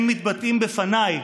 הם מתבטאים בפניי,